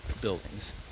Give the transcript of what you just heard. buildings